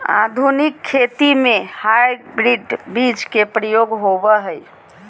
आधुनिक खेती में हाइब्रिड बीज के प्रयोग होबो हइ